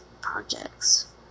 projects